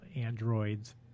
androids